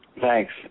Thanks